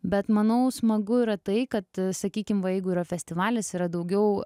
bet manau smagu yra tai kad sakykim va jeigu yra festivalis yra daugiau